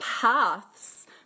paths